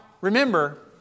remember